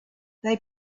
they